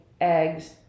eggs